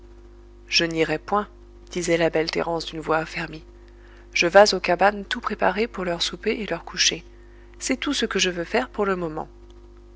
je n'irai point disait la belle thérence d'une voix affermie je vas aux cabanes tout préparer pour leur souper et leur couchée c'est tout ce que je veux faire pour le moment